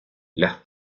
las